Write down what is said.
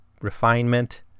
refinement